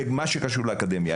במה שקשור לאקדמיה.